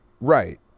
Right